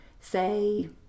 say